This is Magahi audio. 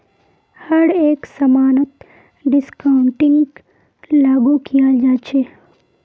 हर एक समानत डिस्काउंटिंगक लागू कियाल जा छ